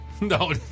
No